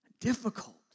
difficult